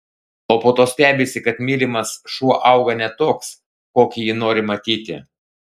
o po to stebisi kad mylimas šuo auga ne toks kokį jį nori matyti